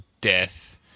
death